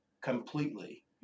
completely